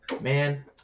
man